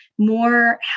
more